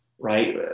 right